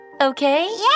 Okay